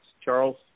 Charles